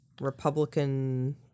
Republican